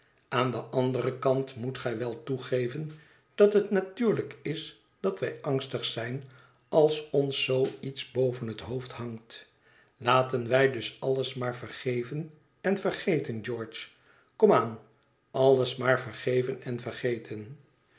aan den anderen kant moet gij wel toegeven dat het natuurlijk is dat wij angstig zijn als ons zoo iets boven het hoofd hangt laten wij dus alles maar vergeven en vergeten george kom aan alles maar vergeven en vergeten